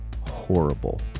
horrible